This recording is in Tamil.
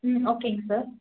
ஓகேங்க சார்